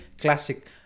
classic